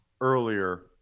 earlier